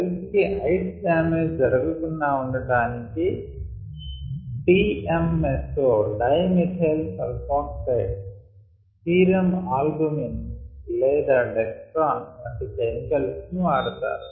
cells కి ice damage జరగ కుండా ఉండటానికి DMSO డై మిథైల్ సల్ఫాక్సయిడ్Dimethyl Sulfoxide సీరమ్ ఆల్బుమిన్ లేదా డెక్స్ట్రాన్ వంటి కెమికల్స్ వాడతారు